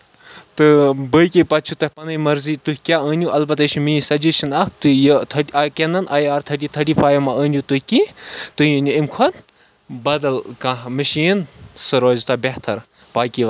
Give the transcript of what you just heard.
تہٕ باقٕے پَتہٕ چھِ تۄہہِ پَنٕنۍ مرضی تُہۍ کیاہ أنیٚو اَلبتہ یہِ چھِ میٲنۍ سَجیشن اکھ یہِ کیٚنن آیی آر تھٔٹی تھٔٹی فَیِو مہ أنیو تُہۍ کیٚنٛہہ تُہۍ أنیو اَمہِ کھۄتہٕ بدل کانٛہہ مِشیٖن سۄ روزِ تۄہہِ بہتر